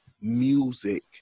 music